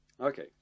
okay